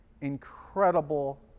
incredible